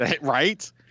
Right